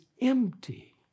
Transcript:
empty